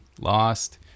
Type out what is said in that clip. lost